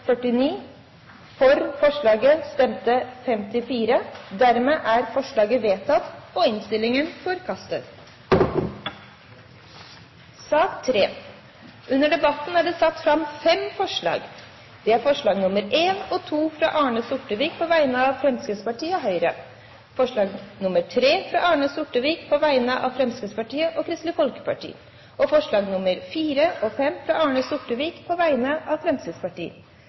og Senterpartiet. Forslaget lyder: «Dokument 8:89 S – representantforslag fra stortingsrepresentantene Bård Hoksrud, Jan-Henrik Fredriksen, Ingebjørg Godskesen og Arne Sortevik om en utvidet og bindende nasjonal investeringsplan for stamveinettet – bifalles ikke.» Under debatten er det satt fram fem forslag. Det er forslagene nr. 1 og 2, fra Arne Sortevik på vegne av Fremskrittspartiet og Høyre forslag nr. 3, fra Arne Sortevik på vegne av Fremskrittspartiet og Kristelig Folkeparti forslagene nr. 4 og